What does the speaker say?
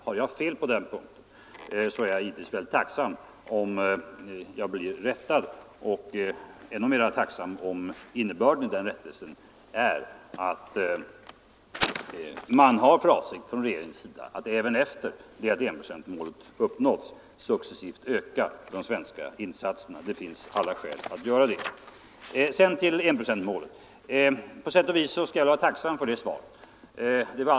Har jag fel på den punkten är jag givetvis mycket tacksam om jag blir rättad och ännu mer tacksam om innebörden i den rättelsen är att regeringen har för avsikt att, även efter det att enprocentsmålet har uppnåtts, successivt öka de svenska insatserna. Det finns alla skäl att göra det. Sedan till enprocentsmålet. På sätt och vis skall jag vara tacksam för det svar jag fick.